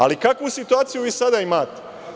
Ali, kakvu situaciju vi sada imate?